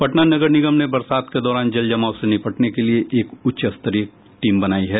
पटना नगर निगम ने बरसात के दौरान जल जमाव से निपटने के लिये एक उच्च स्तरीय टीम बनायी है